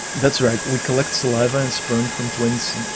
that's right, we collect saliva and sperm from twins,